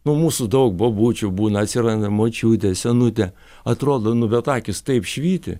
nuo mūsų daug bobučių būna atsiranda močiutė senutė atrodo nu bet akys taip švyti